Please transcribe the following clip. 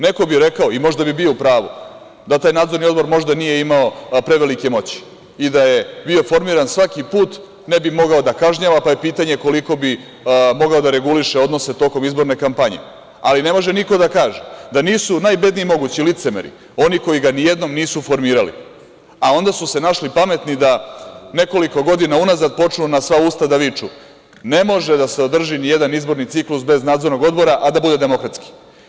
Neko bi rekao i možda bi bio u pravu da taj Nadzorni odbor možda nije imao prevelike moći i da je bio formiran svaki put, ne bi mogao da kažnjava, pa je pitanje koliko bi mogao da reguliše odnose tokom izborne kampanje, ali ne može niko da kaže da nisu najbedniji mogući licemeri oni koji ga nijednom nisu formirali, a onda su se našli pametni da nekoliko godina unazad počnu na sva usta da viču - ne može da se održi nijedan izborni ciklus bez Nadzornog odbora, a da bude demokratski.